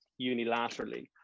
unilaterally